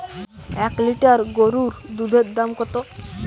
এক লিটার গোরুর দুধের দাম কত?